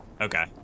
Okay